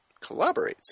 collaborates